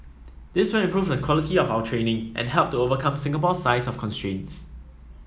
this will improve the quality of our training and help to overcome Singapore's size constraints